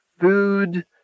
food